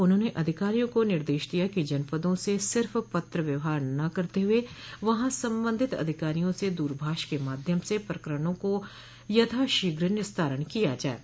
उन्होंने अधिकारियों को निर्देश दिया कि जनपदों से सिर्फ पत्र व्यवहार न करते हुये वहां संबंधित अधिकारियों से दूरभाष के माध्यम से प्रकरणों को यथाशीघ्र निस्तारण किया जाये